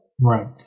Right